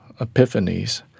epiphanies